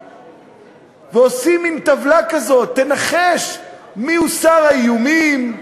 ועושים מין טבלה כזאת: תנחש מיהו שר האיומים,